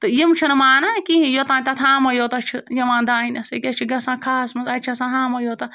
تہٕ یِم چھِنہٕ مانان کِہیٖنۍ یوٚتانۍ تَتھ ہامَے یوتاہ چھِ یِوان دانٮ۪س ییٚکیٛاہ چھِ گژھان کھہہ ہَس منٛز اَتہِ چھِ آسان ہامَے یوتاہ